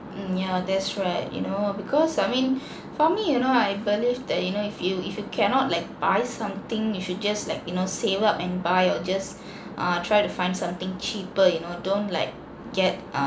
um yeah that's right you know because I mean for me you know I believe that you know if you if you cannot like buy something you should just like you know save up and buy or just err try to find something cheaper you know don't like get